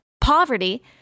poverty